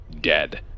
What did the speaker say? dead